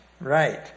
Right